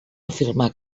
afirmar